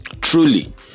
Truly